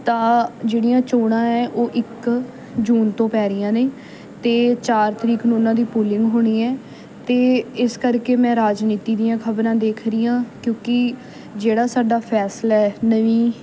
ਤਾਂ ਜਿਹੜੀਆਂ ਚੋਣਾਂ ਹੈ ਉਹ ਇੱਕ ਜੂਨ ਤੋਂ ਪੈ ਰਹੀਆਂ ਨੇ ਅਤੇ ਚਾਰ ਤਰੀਕ ਨੂੰ ਉਨ੍ਹਾਂ ਦੀ ਪੋਲਿੰਗ ਹੋਣੀ ਹੈ ਅਤੇ ਇਸ ਕਰਕੇ ਮੈਂ ਰਾਜਨੀਤੀ ਦੀਆਂ ਖ਼ਬਰਾਂ ਦੇਖ ਰਹੀ ਹਾਂ ਕਿਉਂਕਿ ਜਿਹੜਾ ਸਾਡਾ ਫੈਸਲਾ ਹੈ ਨਵੀਂ